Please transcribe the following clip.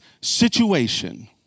situation